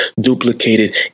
duplicated